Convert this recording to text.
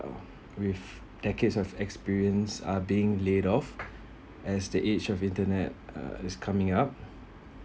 uh with decades of experience are being laid off as the age of internet is coming up